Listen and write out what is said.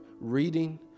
reading